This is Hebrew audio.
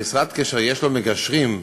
המשרד, כשיש לו מגשרים,